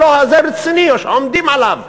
והלא הזה רציני או שעומדים עליו.